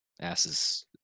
Asses